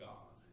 God